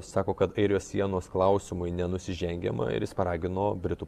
sako kad airijos sienos klausimui nenusižengiama ir jis paragino britų